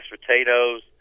potatoes